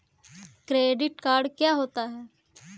Credit card क्या होता है?